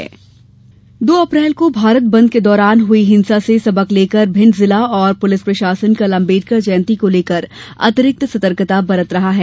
police सतर्क दो अप्रैल को भारत बंद के दौरान हुई हिंसा से सबक लेकर भिंड जिला और पुलिस प्रशासन कल अंबेडकर जयंती को लेकर अतिरिक्त सतर्कता बरत रहा है